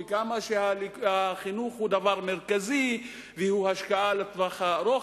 וכמה שהחינוך הוא דבר מרכזי והוא השקעה לטווח הארוך.